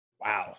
Wow